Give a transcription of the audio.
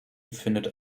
findet